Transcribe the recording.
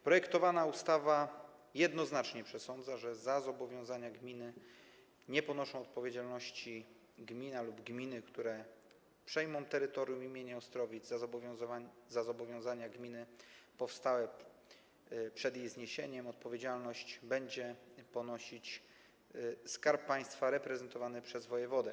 Projektowana ustawa jednoznacznie przesądza, że za zobowiązania gminy nie ponoszą odpowiedzialności gmina lub gminy, które przejmą terytorium Ostrowic, a za zobowiązania gminy powstałe przed jej zniesieniem odpowiedzialność będzie ponosić Skarb Państwa reprezentowany przez wojewodę.